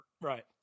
right